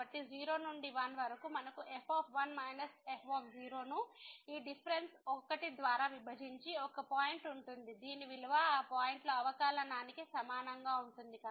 కాబట్టి 0 నుండి 1 వరకు మనకు f1 f ను ఈ డిఫరెన్స్ 1 ద్వారా విభజించి ఒక పాయింట్ ఉంటుంది దీని విలువ ఆ పాయింట్ లో అవకలనానికి సమానంగా ఉంటుంది